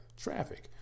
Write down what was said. Traffic